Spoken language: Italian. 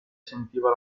sentiva